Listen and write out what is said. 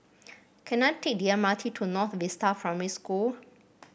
can I take the M R T to North Vista Primary School